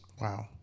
Wow